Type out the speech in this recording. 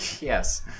Yes